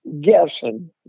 guessing